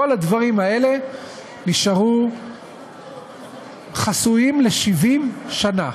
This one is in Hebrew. כל הדברים האלה נשארו חסויים ל-70 שנה.